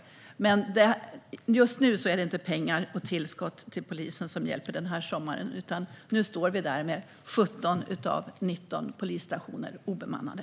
Just nu, den här sommaren, är det dock inte pengar och tillskott till polisen som hjälper, utan nu står vi där med 17 av 19 polisstationer obemannade.